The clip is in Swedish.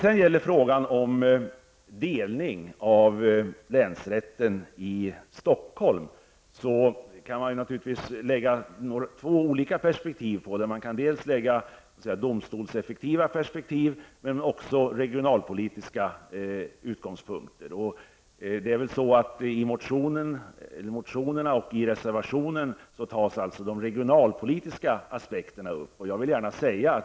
I frågan om en delning av länsrätten i Stockholm kan man naturligtvis framföra olika synpunkter, dels domstolseffektiva, dels regionalpolitiska. I motionerna och i reservationen upptas de regionalpolitiska aspekterna.